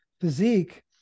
physique